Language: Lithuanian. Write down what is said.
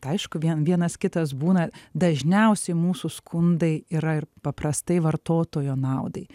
tai aišku vien vienas kitas būna dažniausiai mūsų skundai yra ir paprastai vartotojo naudai